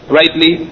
rightly